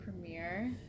premiere